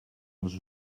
els